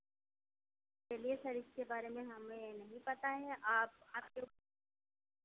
चलिए सर इसके बारे में हमें नहीं पता है आप आकर